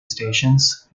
stations